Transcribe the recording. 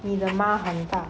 你的吗很大